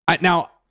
Now